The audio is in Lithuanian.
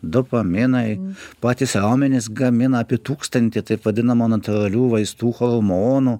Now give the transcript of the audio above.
dopaminai patys raumenys gamina apie tūkstantį taip vadinamo natūralių vaistų hormonų